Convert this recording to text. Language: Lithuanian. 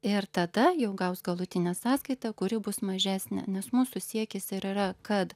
ir tada jau gaus galutinę sąskaitą kuri bus mažesnė nes mūsų siekis ir yra kad